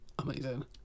Amazing